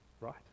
right